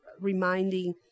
reminding